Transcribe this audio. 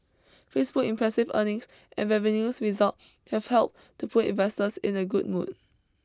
Facebook impressive earnings and revenues result have helped to put investors in a good mood